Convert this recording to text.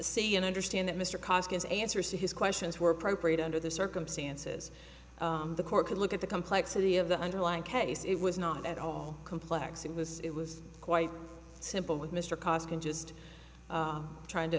see and understand that mr costin's answers to his questions were appropriate under the circumstances the court could look at the complexity of the underlying case it was not at all complex it was it was quite simple with mr costin just trying to